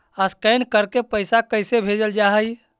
Scan करके पैसा कैसे भेजल जा हइ?